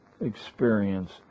experience